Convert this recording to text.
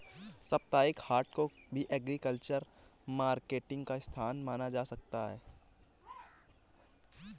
साप्ताहिक हाट को भी एग्रीकल्चरल मार्केटिंग का स्थान माना जा सकता है